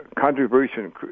contribution